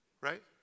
Right